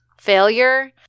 failure